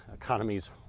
Economies